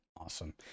awesome